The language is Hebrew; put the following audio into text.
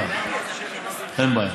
אין בעיה.